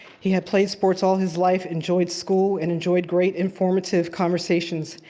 he had played sports all his life, enjoyed school, and enjoyed great informative conversations.